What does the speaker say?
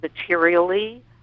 materially